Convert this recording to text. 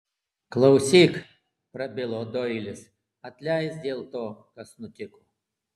klausyk prabilo doilis atleisk dėl to kas nutiko